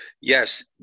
yes